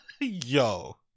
Yo